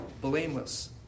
blameless